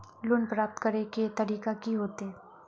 Loan प्राप्त करे के तरीका की होते?